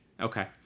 Okay